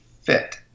fit